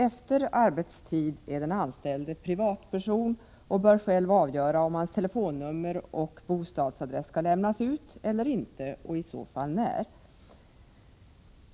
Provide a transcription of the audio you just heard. Efter arbetstid är den anställde privatperson och bör själv avgöra om hans telefonnummer och bostadsadress skall lämnas ut eller inte, och i så fall när.